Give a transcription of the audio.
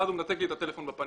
ואז הוא מנתק לי את הטלפון בפנים.